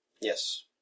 Yes